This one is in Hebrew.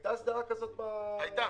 היתה הסדרה כזאת -- היתה,